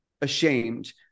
ashamed